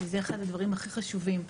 שזה אחד הדברים הכי חשובים,